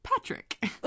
patrick